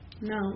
No